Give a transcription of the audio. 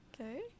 okay